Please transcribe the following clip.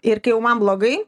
ir kai jau man blogai